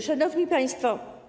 Szanowni Państwo!